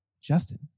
Justin